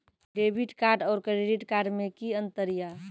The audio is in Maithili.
डेबिट कार्ड और क्रेडिट कार्ड मे कि अंतर या?